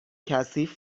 کثیف